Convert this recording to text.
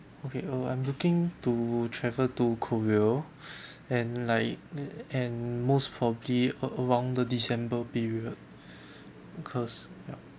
okay uh I'm looking to travel to korea and like and most probably ar~ around the december period cause ya